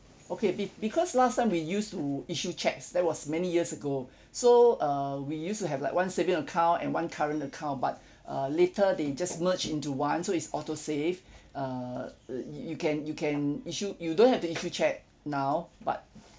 okay be~ because last time we used to issue cheques that was many years ago so err we used to have like one saving account and one current account but uh later they just merge into one so it's autosave err you can you can issue you don't have to issue cheque now but